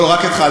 לא, רק התחלתי.